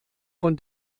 von